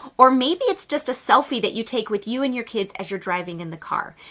or maybe it's just a selfie that you take with you and your kids as you're driving in the car.